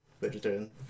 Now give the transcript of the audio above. vegetarian